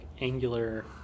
angular